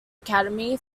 academy